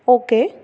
okay